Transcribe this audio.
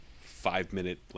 five-minute